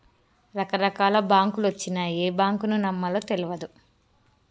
రకరకాల బాంకులొచ్చినయ్, ఏ బాంకును నమ్మాలో తెల్వదు